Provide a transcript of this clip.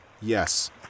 yes